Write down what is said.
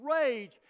rage